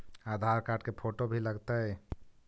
आधार card के photo भी लग तै?